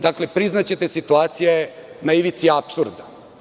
Dakle, priznaćete situacija je na ivici apsurda.